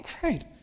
Great